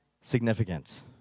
significance